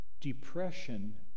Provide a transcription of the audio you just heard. Depression